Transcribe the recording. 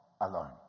alone